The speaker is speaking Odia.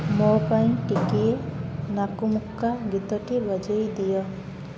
ମୋ ପାଇଁ ଟିକିଏ ନାକୁମୁକ୍କା ଗୀତଟି ବଜେଇ ଦିଅ